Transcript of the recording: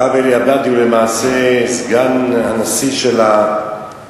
הרב אלי עבאדי הוא למעשה סגן הנשיא של ארגון